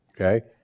Okay